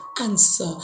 answer